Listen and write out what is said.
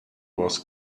was